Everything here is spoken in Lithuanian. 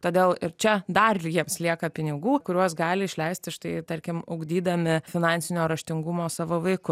todėl ir čia dar jiems lieka pinigų kuriuos gali išleisti štai tarkim ugdydami finansinio raštingumo savo vaikus